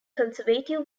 conservative